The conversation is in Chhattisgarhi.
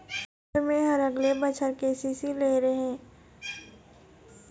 सर मेहर अगले बछर के.सी.सी लेहे रहें ता ओहर कट गे हे ता मोला एबारी मिलही की नहीं?